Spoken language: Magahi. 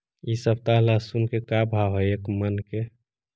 इ सप्ताह लहसुन के का भाव है एक मन के?